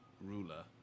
ruler